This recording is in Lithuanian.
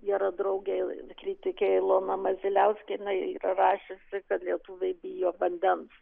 gera draugė kritikė ilona maziliauskienė yra rašiusi kad lietuviai bijo vandens